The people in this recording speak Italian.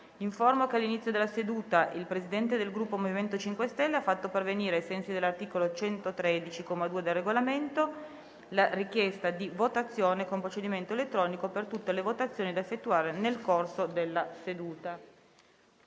che all'inizio della seduta il Presidente del Gruppo MoVimento 5 Stelle ha fatto pervenire, ai sensi dell'articolo 113, comma 2, del Regolamento, la richiesta di votazione con procedimento elettronico per tutte le votazioni da effettuare nel corso della seduta.